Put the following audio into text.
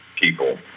people